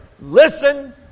listen